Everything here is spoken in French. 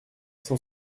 cent